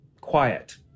quiet